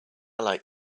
like